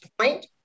Point